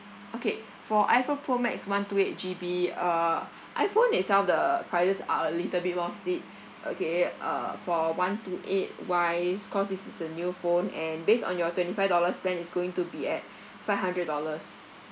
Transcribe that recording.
okay for iphone pro max one two eight G_B uh iphone itself the prices are a little bit more steep okay uh for one two eight wise cause this is a new phone and based on your twenty five dollars plan it's going to be at five hundred dollars